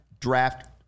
draft